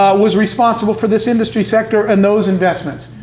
um was responsible for this industry sector and those investments.